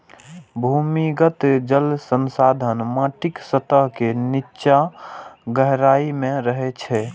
भूमिगत जल संसाधन माटिक सतह के निच्चा गहराइ मे रहै छै